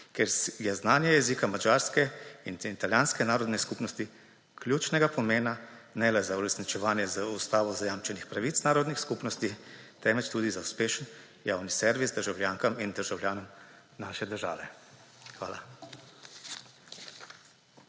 kjer je znanje jezika madžarske in italijanske narodne skupnosti ključnega pomena ne le za uresničevanje z ustavo zajamčenih pravic narodnih skupnosti, temveč tudi za uspešen javni servis državljankam in državljanom naše države. Hvala.